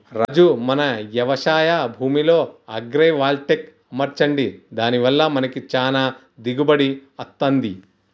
రాజు మన యవశాయ భూమిలో అగ్రైవల్టెక్ అమర్చండి దాని వల్ల మనకి చానా దిగుబడి అత్తంది